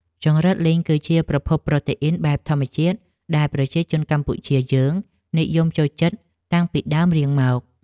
ចង្រិតលីងគឺជាប្រភពប្រូតេអ៊ីនបែបធម្មជាតិដែលប្រជាជនកម្ពុជាយើងនិយមចូលចិត្តតាំងពីដើមរៀងមក។